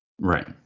Right